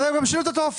אז הם גם שינו את הטופס.